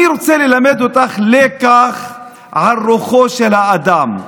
אני רוצה ללמד אותך לקח על רוחו של האדם,